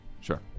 Sure